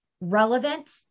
relevant